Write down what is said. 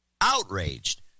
Outraged